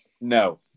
no